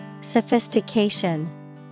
Sophistication